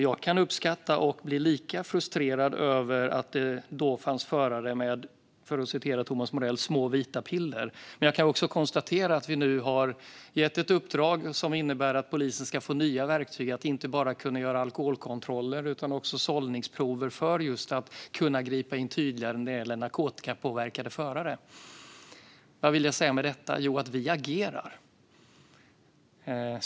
Jag kan bli lika frustrerad över att det då fanns förare med "små vita piller", för att citera Thomas Morell, men jag kan också konstatera att vi nu har gett ett uppdrag som innebär att polisen ska få nya verktyg att göra inte bara alkoholkontroller utan också sållningsprover för att kunna gripa in tydligare när det gäller narkotikapåverkade förare. Vad vill jag säga med detta? Jo, att vi agerar.